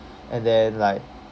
and then like